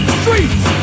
streets